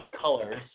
colors